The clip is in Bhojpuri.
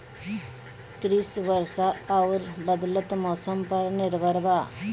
कृषि वर्षा आउर बदलत मौसम पर निर्भर बा